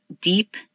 deep